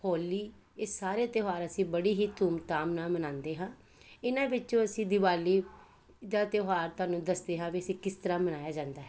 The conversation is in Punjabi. ਹੋਲੀ ਇਹ ਸਾਰੇ ਤਿਉਹਾਰ ਅਸੀਂ ਬੜੀ ਹੀ ਧੂਮਧਾਮ ਨਾਲ ਮਨਾਉਂਦੇ ਹਾਂ ਇਹਨਾਂ ਵਿੱਚੋਂ ਅਸੀਂ ਦੀਵਾਲੀ ਦਾ ਤਿਉਹਾਰ ਤੁਹਾਨੂੰ ਦੱਸਦੇ ਹਾਂ ਵੀ ਅਸੀਂ ਕਿਸ ਤਰ੍ਹਾਂ ਮਨਾਇਆ ਜਾਂਦਾ ਹੈ